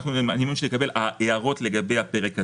אני אקבל הערות לגבי הפרק הזה.